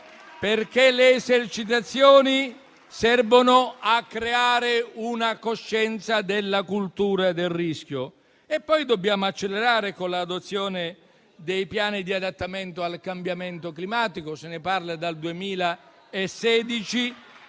perché le esercitazioni servono a creare una coscienza e una cultura del rischio. Poi dobbiamo accelerare con l'adozione dei piani di adattamento al cambiamento climatico. Se ne parla dal 2016